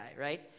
right